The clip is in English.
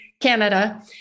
Canada